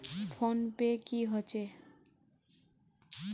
Phone पै की होचे?